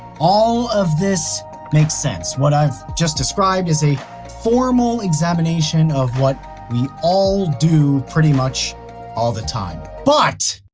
all of this makes sense. what i've just described is a formal examination of what we all do pretty much all the time. but.